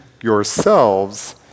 yourselves